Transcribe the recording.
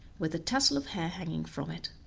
with a tassel of hair hanging from it